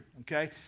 okay